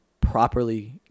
properly